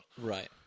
right